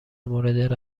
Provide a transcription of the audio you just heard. مورد